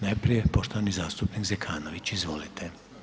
Najprije poštovani zastupnik Zekanović, izvolite.